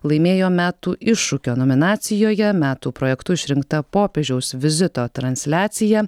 laimėjo metų iššūkio nominacijoje metų projektu išrinkta popiežiaus vizito transliacija